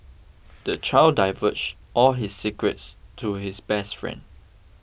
the child divulged all his secrets to his best friend